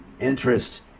interest